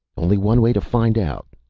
only one way to find out,